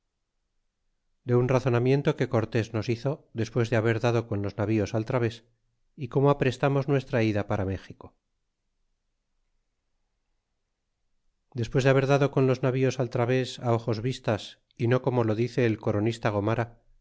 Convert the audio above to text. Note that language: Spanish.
de un razonamiento que cortés nos hizo despues de haber dado con los navíos al través y como aprestamos nuestra ida para méxico despues de haber dado con bis navíos al través ojos vistas y no como lo dice el coronista gornara